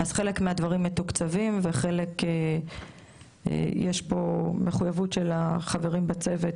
אז חלק מהדברים מתוקצבים ולגבי חלק יש פה מחויבות של החברים בצוות,